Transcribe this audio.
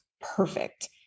perfect